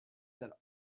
that